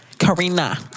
Karina